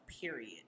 period